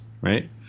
Right